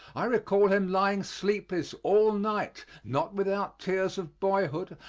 i recall him lying sleepless all night, not without tears of boyhood,